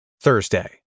Thursday